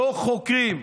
לא חוקרים.